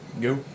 Go